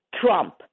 Trump